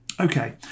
Okay